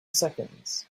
seconds